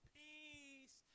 peace